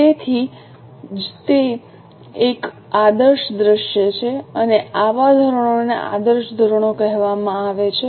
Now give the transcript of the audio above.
તેથી જ તે એક આદર્શ દૃશ્ય છે અને આવા ધોરણોને આદર્શ ધોરણો કહેવામાં આવે છે